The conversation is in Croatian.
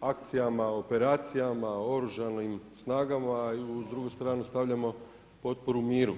akcijama, o operacijama o oružanim snagama i u drugu stranu stavljamo potporu miru.